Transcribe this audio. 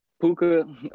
Puka